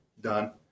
done